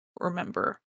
remember